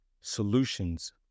solutions